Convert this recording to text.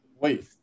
Wait